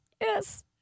yes